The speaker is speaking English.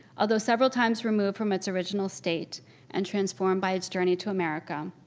although several times removed from its original state and transformed by its journey to america,